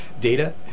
data